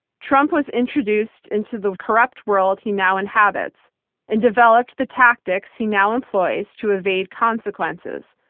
trump was introduced into the corrupt world he now inhabits and developed the tactics he now employs to evade consequences.